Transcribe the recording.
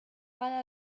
pare